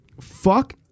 Fuck